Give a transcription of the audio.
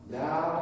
now